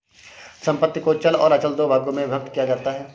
संपत्ति को चल और अचल दो भागों में विभक्त किया जाता है